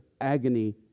agony